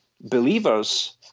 believers